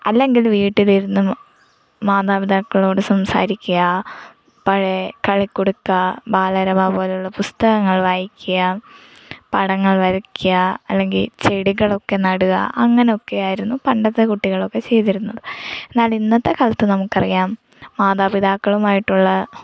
അല്ലെങ്കിൽ വീട്ടിലിരുന്ന് മാതാപിതാക്കളോട് സംസാരിക്കുക പഴയ കളിക്കുടുക്ക ബാലരമ പോലെയുള്ള പുസ്തകങ്ങൾ വായിക്കുക പടങ്ങൾ വരക്കുക അല്ലെങ്കിൽ ചെടികളൊക്കെ നടുക അങ്ങനെയൊക്കെ ആയിരുന്നു പണ്ടത്തെ കുട്ടികളൊക്കെ ചെയ്തിരുന്നത് എന്നാൽ ഇന്നത്തെ കാലത്ത് നമുക്കറിയാം മാതാപിതാക്കളുമായിട്ടുള്ള